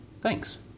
thanks